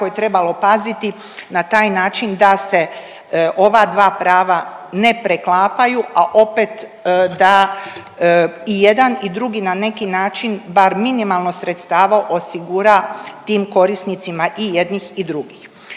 je trebalo paziti na taj način da se ova dva prava ne preklapaju, a opet da i jedan i drugi na neki način bar minimalno sredstava osigura tim korisnicima i jednih i drugih.